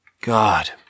God